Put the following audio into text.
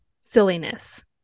silliness